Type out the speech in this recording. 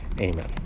Amen